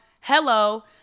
hello